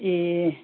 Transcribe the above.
ए